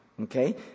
Okay